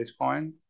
Bitcoin